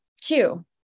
Two